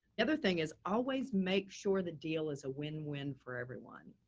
the other thing is always make sure the deal is a win win for everyone.